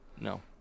no